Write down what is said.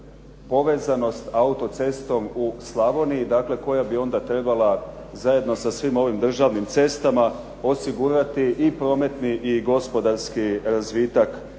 povezanost autocestom u Slavoniji, dakle koja bi onda trebala zajedno sa svim ovim državnim autocestama osigurati i prometni i gospodarski razvitak